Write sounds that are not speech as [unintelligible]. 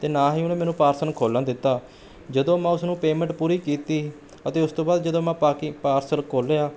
ਅਤੇ ਨਾ ਹੀ ਉਹਨੇ ਮੈਨੂੰ ਪਾਰਸਲ ਨੂੰ ਖੋਲ੍ਹਣ ਦਿੱਤਾ ਜਦੋਂ ਮੈਂ ਉਸਨੂੰ ਪੇਅਮੈਂਟ ਪੂਰੀ ਕੀਤੀ ਅਤੇ ਉਸ ਤੋਂ ਬਾਅਦ ਜਦੋਂ ਮੈਂ [unintelligible] ਪਾਰਸਲ ਖੋਲ੍ਹਿਆ